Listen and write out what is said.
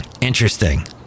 Interesting